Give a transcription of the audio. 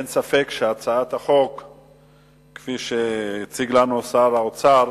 אין ספק שהצעת החוק כפי שהציג אותה שר האוצר,